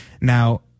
Now